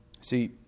See